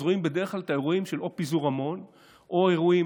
רואים בדרך כלל או את האירועים של פיזור המון או אירועים